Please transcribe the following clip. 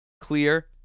clear